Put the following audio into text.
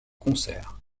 concerts